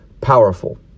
powerful